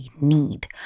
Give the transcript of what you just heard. need